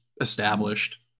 established